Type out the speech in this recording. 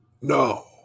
No